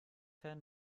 herrn